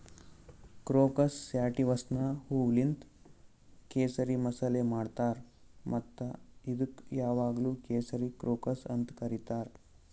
crocus ಸ್ಯಾಟಿವಸ್ನ ಹೂವೂಲಿಂತ್ ಕೇಸರಿ ಮಸಾಲೆ ಮಾಡ್ತಾರ್ ಮತ್ತ ಇದುಕ್ ಯಾವಾಗ್ಲೂ ಕೇಸರಿ ಕ್ರೋಕಸ್ ಅಂತ್ ಕರಿತಾರ್